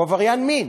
הוא עבריין מין.